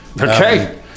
Okay